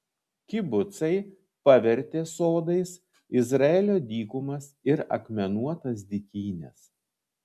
kibucai pavertė sodais izraelio dykumas ir akmenuotas dykynes